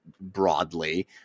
broadly